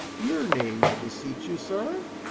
your name, i beseech you, sir?